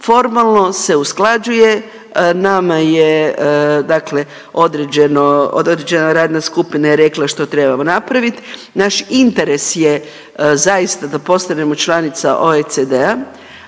formalno se usklađuje, nama je dakle određeno, određena radna skupina je rekla što trebamo napravit. Naš interes je zaista da postanemo članica OECD-a,